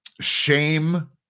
shame